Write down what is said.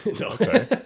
okay